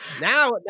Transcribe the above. now